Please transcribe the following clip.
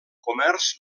comerç